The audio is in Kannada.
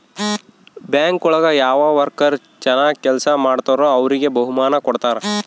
ಬ್ಯಾಂಕ್ ಒಳಗ ಯಾವ ವರ್ಕರ್ ಚನಾಗ್ ಕೆಲ್ಸ ಮಾಡ್ತಾರೋ ಅವ್ರಿಗೆ ಬಹುಮಾನ ಕೊಡ್ತಾರ